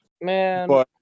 Man